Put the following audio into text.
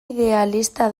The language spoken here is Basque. idealista